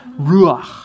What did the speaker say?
Ruach